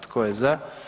Tko je za?